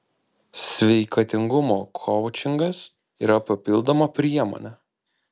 sveikatingumo koučingas yra papildoma priemonė